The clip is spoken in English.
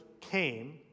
came